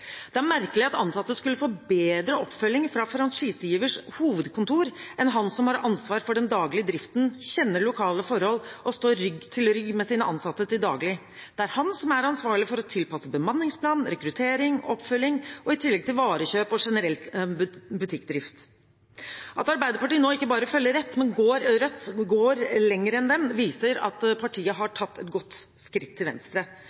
Det er merkelig at ansatte skulle få bedre oppfølging fra franchisegivers hovedkontor enn fra han som har ansvar for den daglige driften, kjenner lokale forhold og står rygg til rygg med sine ansatte til daglig. Det er han som er ansvarlig for å tilpasse bemanningsplan, rekruttering og oppfølging, i tillegg til varekjøp og generell butikkdrift. At Arbeiderpartiet nå ikke bare følger etter, men går lenger enn Rødt, viser at partiet har tatt et godt skritt til venstre.